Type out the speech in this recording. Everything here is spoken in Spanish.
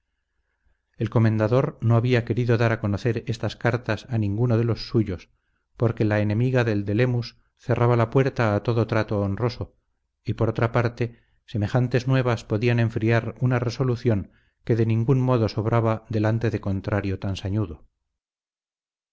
el comendador no había querido dar a conocer estas cartas a ninguno de los suyos porque la enemiga del de lemus cerraba la puerta a todo trato honroso y por otra parte semejantes nuevas podían enfriar una resolución que de ningún modo sobraba delante de contrario tan sañudo